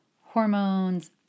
hormones